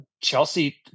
Chelsea